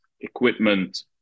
equipment